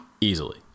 easily